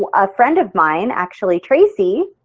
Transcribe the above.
um a friend of mine actually traci